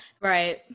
Right